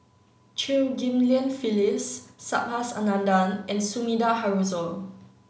Chew Ghim Lian Phyllis Subhas Anandan and Sumida Haruzo